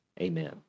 amen